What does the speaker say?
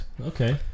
okay